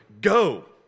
go